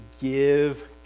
give